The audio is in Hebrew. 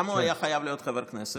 למה הוא היה חייב להיות חבר כנסת?